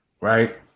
right